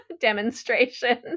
demonstration